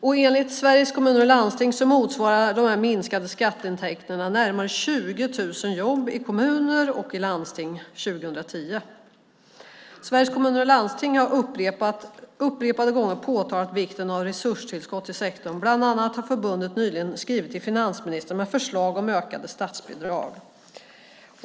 Och enligt Sveriges Kommuner och Landsting motsvarar de minskade skatteintäkterna närmare 20 000 jobb i kommuner och i landsting 2010. Sveriges Kommuner och Landsting har upprepade gånger påtalat vikten av resurstillskott till sektorn. Bland annat har förbundet nyligen skrivit till finansministern och gett förslag om ökade statsbidrag.